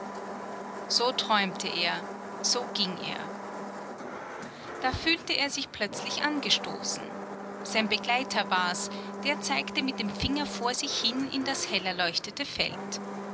so träumte er so ging er da fühlte er sich plötzlich angestoßen sein begleiter wars der zeigte mit dem finger vor sich hin in das hellerleuchtete feld